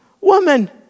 Woman